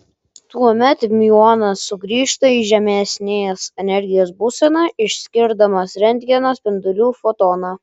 tuomet miuonas sugrįžta į žemesnės energijos būseną išskirdamas rentgeno spindulių fotoną